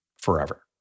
forever